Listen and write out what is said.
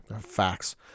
Facts